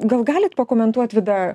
gal galit pakomentuot vida